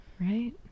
Right